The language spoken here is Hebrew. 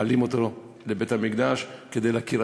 מעלים אותו לבית-המקדש כדי להכיר,